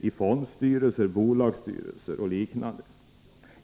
i fondstyrelser, bolagsstyrelser och liknande.